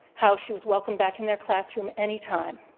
how she was welcome back in their classroom anytime.